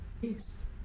Yes